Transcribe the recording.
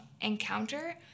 encounter